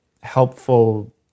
helpful